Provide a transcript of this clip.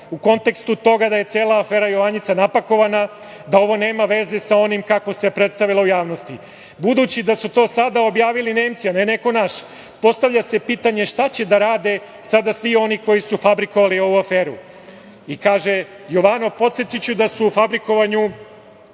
u kontekstu toga da je cela afera „Jovanjica“ napakovana, da ovo nema veze sa onim kako se predstavilo u javnosti. Budući da su to sada objavili Nemci, a ne neko naš, postavlja se pitanje šta će da rade sada svi oni koji su fabrikovali ovu aferu? Kaže Jovanov - podsetiću da su u fabrikovanju